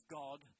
God